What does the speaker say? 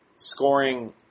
Scoring